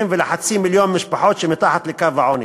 ולחצי מיליון המשפחות שמתחת לקו העוני,